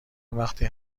وقتی